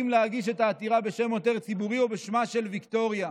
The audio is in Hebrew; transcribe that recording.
אם להגיש את העתירה בשם עותר ציבורי או בשמה של ויקטוריה.